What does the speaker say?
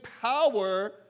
power